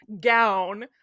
gown